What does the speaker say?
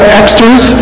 extras